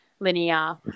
linear